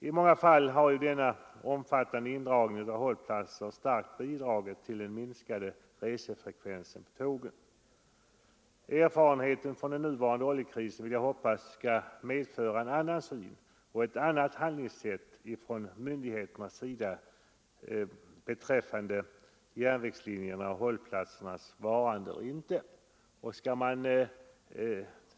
I många fall har den omfattande nedläggningen av hållplatser starkt bidragit till den minskade resefrekvensen på tågen. Jag hoppas att erfarenheterna från den nuvarande oljekrisen skall medföra en annan syn och ett annat handlingssätt från myndigheternas sida beträffande järnvägslinjernas och hållplatsernas vara eller inte vara.